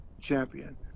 champion